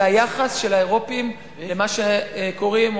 זה היחס של האירופים למה שקוראים,